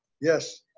Yes